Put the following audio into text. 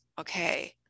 okay